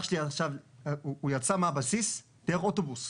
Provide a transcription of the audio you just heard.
עכשיו אח שלי יצא מהבסיס ולוקח אוטובוס